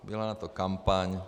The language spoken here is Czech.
Byla na to kampaň.